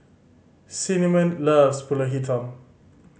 Cinnamon loves Pulut Hitam